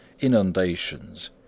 inundations